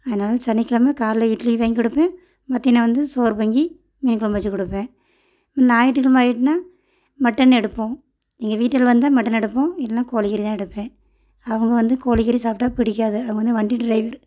அதனால சனிக்கிழம காலைல இட்லி வாங்கி கொடுப்பேன் மத்தியானம் வந்து சோறு வாங்கி மீன் கொழம்பு வச்சுக் கொடுப்பேன் ஞாயிற்றுக்கிழம ஆயிட்டுன்னால் மட்டன் எடுப்போம் எங்கள் வீட்டில் வந்தால் மட்டன்னு எடுப்போம் இல்லைன்னா கோழிக்கறி தான் எடுப்பேன் அவங்க வந்து கோழிக்கறி சாப்பிட்டா பிடிக்காது அவங்க வந்து வண்டி ட்ரைவர்